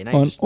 on